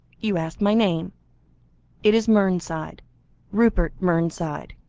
you asked my name it is mernside rupert mernside.